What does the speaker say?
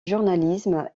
journalisme